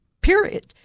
period